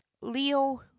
leo